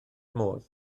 modd